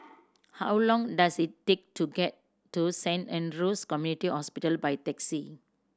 how long does it take to get to Saint Andrew's Community Hospital by taxi